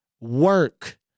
work